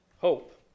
hope